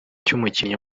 cy’umukinnyi